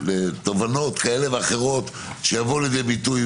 לתובנות כאלה ואחרות שיבואו לידי ביטוי